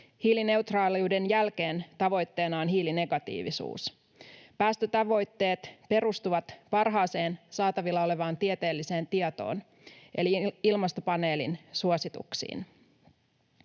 Hiilineutraaliuden jälkeen tavoitteena on hiilinegatiivisuus. Päästötavoitteet perustuvat parhaaseen saatavilla olevaan tieteelliseen tietoon eli ilmastopaneelin suosituksiin.